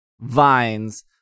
vines